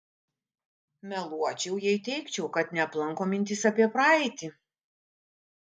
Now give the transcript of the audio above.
meluočiau jei teigčiau kad neaplanko mintys apie praeitį